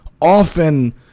often